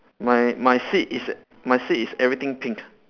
my my seat is my seat is everything pink